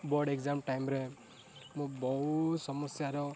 board exam ଟାଇମ୍ରେ ମୁଁ ବହୁତ ସମସ୍ୟାର